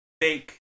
fake